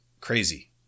crazy